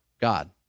God